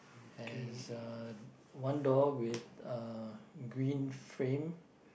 there's uh one door with a green frame